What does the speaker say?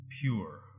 pure